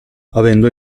avendo